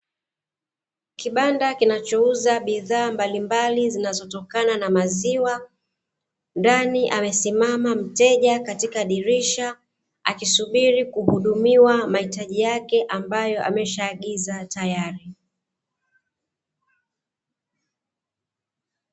Kibanda kinachouza bidhaa mbalimbali zinazotokana na maziwa, ndani amesimama mteja katika dirisha, akisubiri kuhudumiwa mahitaji yake ambayo ameshaagiza tayari.